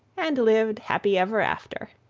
and lived happy ever after.